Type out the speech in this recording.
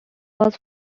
was